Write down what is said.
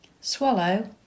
Swallow